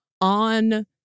on